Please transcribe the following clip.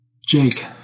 Jake